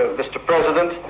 ah mr president,